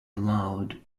allowed